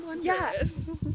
Yes